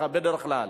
בדרך כלל,